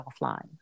offline